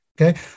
Okay